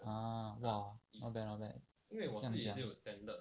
ah !wah! not bad not bad 这样讲